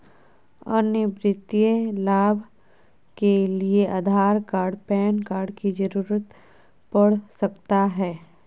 अन्य वित्तीय लाभ के लिए आधार कार्ड पैन कार्ड की जरूरत पड़ सकता है?